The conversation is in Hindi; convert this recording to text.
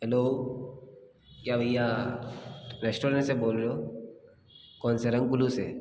हेलो क्या भैया रेस्टोरेंट से बोल रहे हो कौन से रंग ब्लू से